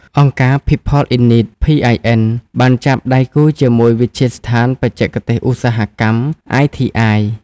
អង្គការ People In Need (PIN) បានចាប់ដៃគូជាមួយវិទ្យាស្ថានបច្ចេកទេសឧស្សាហកម្ម (ITI)។